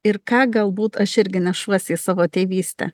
ir ką galbūt aš irgi nešuosi į savo tėvystę